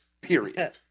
period